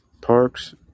parks